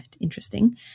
Interesting